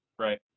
Right